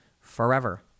forever